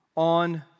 On